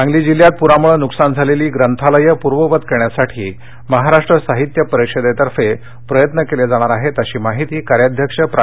सांगली जिल्ह्यात पुरामुळं नुकसान झालेली ग्रंथालयं पूर्ववत करण्यासाठी महाराष्ट्र साहित्य परिषदेतर्फे प्रयत्न केले जाणार आहेत अशी माहिती कार्याध्यक्ष प्रा